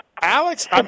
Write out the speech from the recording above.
Alex